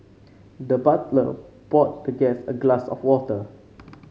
the butler poured the guest a glass of water